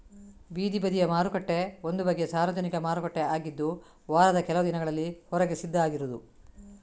ಬೀದಿ ಬದಿಯ ಮಾರುಕಟ್ಟೆ ಒಂದು ಬಗೆಯ ಸಾರ್ವಜನಿಕ ಮಾರುಕಟ್ಟೆ ಆಗಿದ್ದು ವಾರದ ಕೆಲವು ದಿನಗಳಲ್ಲಿ ಹೊರಗೆ ಸಿದ್ಧ ಆಗಿರುದು